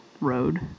road